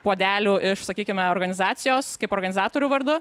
puodelių iš sakykime organizacijos kaip organizatorių vardu